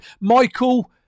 Michael